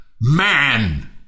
man